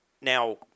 now